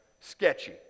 Sketchy